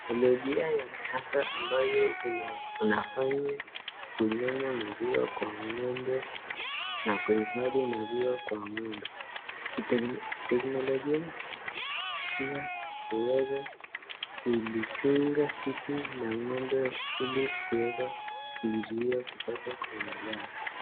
Teknolojia ya kisasa ambayo unafanya kunyonya maziwa kwa ng’ombe, na kuhifadhi maziwa kwa ng’ombe. Kiteknolojia hiki pia huweza kulichunga titi la ng’ombe ili kuweza kuizuia kupata kwa madhara.